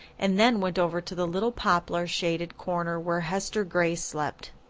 and then went over to the little poplar shaded corner where hester gray slept.